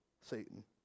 Satan